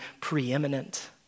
preeminent